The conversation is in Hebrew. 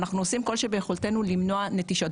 אנחנו עושים כל שביכולתנו למנוע נטישות.